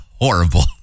horrible